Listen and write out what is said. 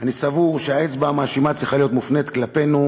אני סבור שהאצבע המאשימה צריכה להיות מופנית כלפינו,